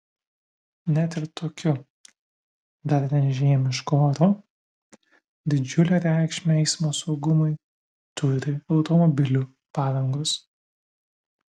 net ir tokiu dar ne žiemišku oru didžiulę reikšmę eismo saugumui turi automobilių padangos